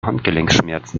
handgelenkschmerzen